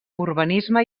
urbanisme